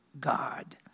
God